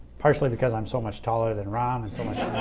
probably because i'm so much taller than ron um and so much